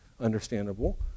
understandable